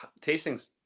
tastings